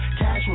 Cash